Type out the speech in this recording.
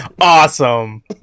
Awesome